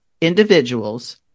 individuals